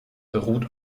beruht